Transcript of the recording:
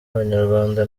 abanyarwanda